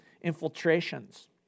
infiltrations